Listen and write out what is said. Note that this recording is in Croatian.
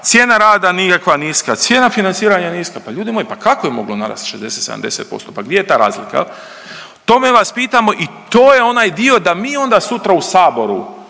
cijena rada nikakva, niska, cijena financiranja niska. Pa ljudi moji pa kako je moglo narasti 60, 70%? Pa gdje je ta razlika? O tome vas pitamo i to je onaj dio da mi onda sutra u Saboru